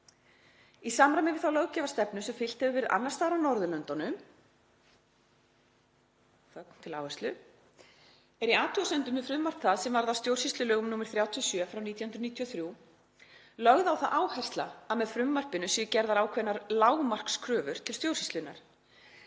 „Í samræmi við þá löggjafarstefnu sem fylgt hefur verið annars staðar á Norðurlöndum er í athugasemdum við frumvarp það sem varð að stjórnsýslulögum nr. 37/1993 lögð á það áhersla að með frumvarpinu séu gerðar ákveðnar lágmarkskröfur til stjórnsýslunnar.